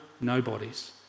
nobodies